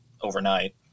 overnight